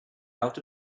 out